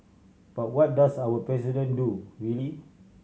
but what does our President do really